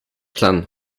plan